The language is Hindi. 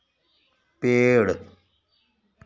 पेड़